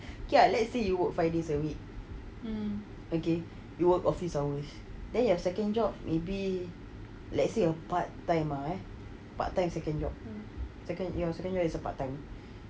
okay ah let's say you work five days a week okay you work office hours then you have second jobs maybe let's say a part time ah ya part time second job second job is a part time